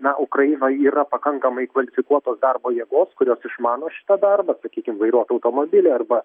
na ukrainoj yra pakankamai kvalifikuotos darbo jėgos kurios išmano šitą darbą sakykim vairuot automobilį arba